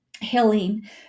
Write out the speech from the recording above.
healing